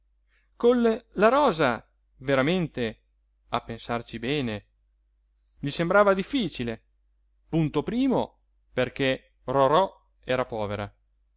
rosa col la rosa veramente a pensarci bene gli sembrava difficile punto primo perché rorò era povera